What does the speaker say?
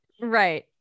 Right